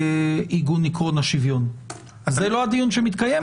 לעיגון עקרון השוויון, זה לא הדיון שמתקיים.